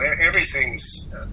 everything's